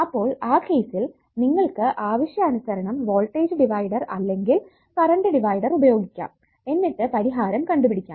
അപ്പോൾ ആ കേസ്സിൽ നിങ്ങൾക്ക് ആവശ്യാനുസരണം വോൾടേജ് ഡിവൈഡർ അല്ലെങ്കിൽ കറണ്ട് ഡിവൈഡർ ഉപയോഗിക്കാം എന്നിട്ട് പരിഹാരം കണ്ടുപിടിക്കാം